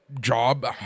job